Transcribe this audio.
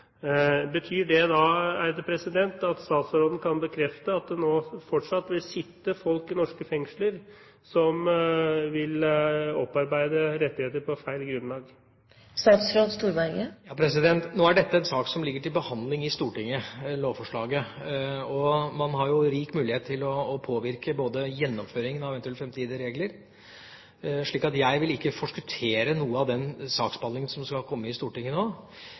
Betyr det at statsråden kan bekrefte at det fortsatt vil sitte folk i norske fengsler som vil opparbeide seg rettigheter på feil grunnlag? Nå er dette lovforslaget en sak som ligger til behandling i Stortinget. Man har rik mulighet til å påvirke gjennomføringen av eventuelle framtidige regler, så jeg vil ikke nå forskuttere noe av den saksbehandling som skal komme i Stortinget. Jeg vil fra mitt ståsted, siden dette ligger til et annet departement, si at det er viktig at vi nå